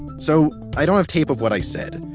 so i don't have tape of what i said,